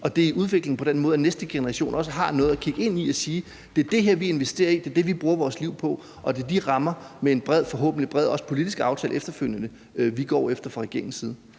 Og det er i udvikling på den måde, at næste generation også har noget at kigge ind i og kan sige: Det er det her, vi investerer i, og det er det, vi bruger vores liv på. Det er de rammer med en forhåbentlig bred politisk aftale efterfølgende, vi går efter fra regeringens side.